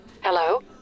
Hello